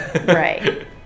Right